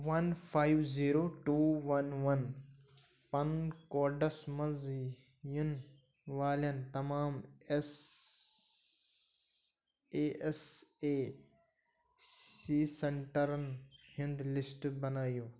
وَن five zero two one one PAN codes مَنٛز یِن والؠن تمام S A S A C سینٛٹرن ہُنٛد لِسٹہٕ بنٲوِیِو